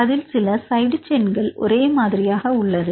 அதில் சிலசைடு செயின் ஒரே மாதிரியாகஉள்ளது